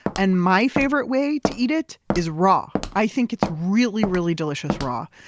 and my favorite way to eat it is raw. i think it's really, really delicious raw.